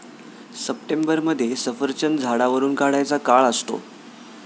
सप्टेंबरमध्ये सफरचंद झाडावरुन काढायचा काळ असतो